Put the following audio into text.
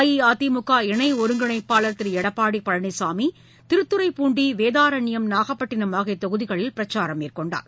அஇஅதிமுக இணை ஒருங்கிணைப்பாளர் திரு எடப்பாடி பழனிசாமி திருத்துறைப்பூன்டி வேதாரண்யம் நாகப்பட்டினம் ஆகிய தொகுதிகளில் பிரச்சாரம் மேற்கொண்டார்